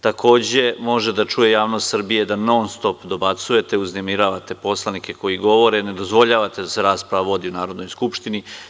Takođe, može da čuje javnost Srbije da non-stop dobacujete i uznemiravate poslanike koji govore, ne dozvoljavate da se rasprava vodi u Narodnoj skupštini.